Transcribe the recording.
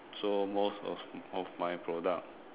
so most of of my product